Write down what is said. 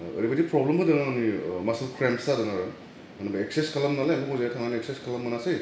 ओह ओरैबादि प्रब्लेम होदों आंनि ओह मासेस क्रेमस जादों आरो ओमफ्राय एकसेस खालामनानै हजोंहाय थांनानै एकसेस खालामनो मोनासै